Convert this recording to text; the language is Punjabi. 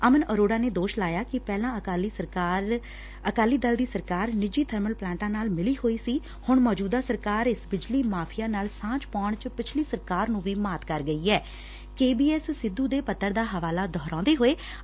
ਅਮਨ ਅਰੋੜਾ ਨੇ ਦੋਸ਼ ਲਾਇਆ ਕਿ ਪਹਿਲਾਂ ਅਕਾਲੀ ਦਲ ਦੀ ਸਰਕਾਰ ਨਿੱਜੀ ਬਰਮਲ ਪਲਾਂਟਾਂ ਨਾਲ ਮਿਲੀ ਹੋਈ ਸੀ ਹੁਣ ਮੌਜੁਦਾ ਸਰਕਾਰ ਇਸ ਬਿਜਲੀ ਮਾਫੀਆ ਨਾਲ ਸਾਂਝ ਪਾਉਣ ਚ ਪਿਛਲੀ ਸਰਕਾਰ ਨੂੰ ਕੇਬੀਐਸ ਸਿੱਧੁ ਦੇ ਪੱਤਰ ਦਾ ਹਵਾਲਾ ਦੁਹਰਾਉਂਦੇ ਹੋਏ ਵੀ ਮਾਤ ਕਰ ਗਈ ਐ